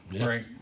Right